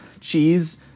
cheese